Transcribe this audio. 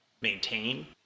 maintain